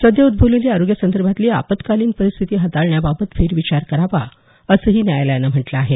सध्या उद्भवलेली आरोग्यासंदर्भातली आपत्कालिन परिस्थिती हाताळण्याबाबत फेरविचार करावा असंही न्यायालयानं म्हटलं आहे